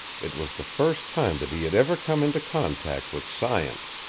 it was the first time that he had ever come into contact with science.